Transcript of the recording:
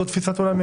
זאת תפיסת עולמי,